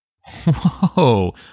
Whoa